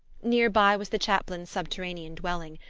near by was the chaplain's subterranean dwelling.